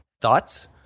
thoughts